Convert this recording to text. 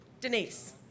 Denise